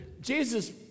Jesus